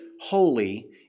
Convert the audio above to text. holy